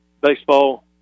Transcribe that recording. baseball